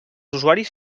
usuaris